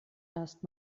erst